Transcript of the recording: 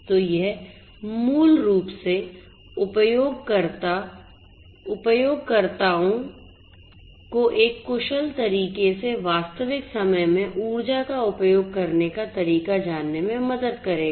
तो यह मूल रूप से उपयोगकर्ताओं को एक कुशल तरीके से वास्तविक समय में ऊर्जा का उपयोग करने का तरीका जानने में मदद करेगा